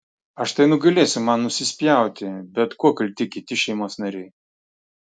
aš tai nugalėsiu man nusispjauti bet kuo kalti kiti šeimos nariai